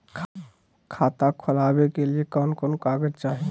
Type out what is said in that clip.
खाता खोलाबे के लिए कौन कौन कागज चाही?